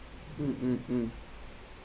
mm mm mm